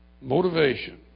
Motivation